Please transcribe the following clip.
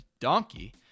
Donkey